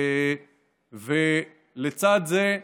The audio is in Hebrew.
ולצד זה,